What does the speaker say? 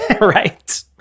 Right